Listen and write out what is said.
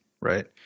right